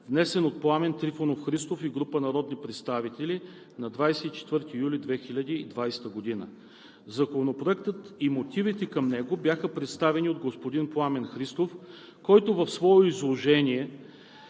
внесен от Пламен Трифонов Христов и група народни представители на 24 юли 2020 г. Законопроектът и мотивите към него бяха представени от господин Пламен Христов, който в своето изложение